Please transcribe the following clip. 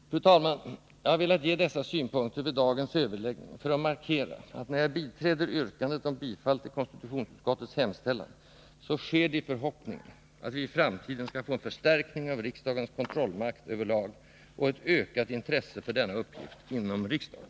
Fru talman! Jag har velat ge uttryck för dessa synpunkter vid dagens överläggning för att markera att när jag biträder yrkandet om bifall till konstitutionsutskottets hemställan, så sker det i förhoppningen att vi i framtiden skall få en förstärkning av riksdagens kontrollmakt överlag och ett ökat intresse för denna uppgift inom riksdagen.